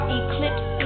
eclipse